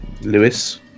Lewis